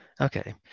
Okay